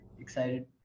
Excited